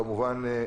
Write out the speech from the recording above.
כמובן,